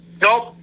Nope